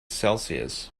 celsius